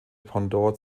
pendant